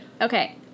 Okay